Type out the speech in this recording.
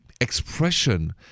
expression